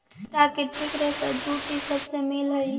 प्राकृतिक रेशा जूट इ सब से मिल हई